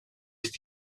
ist